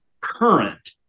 current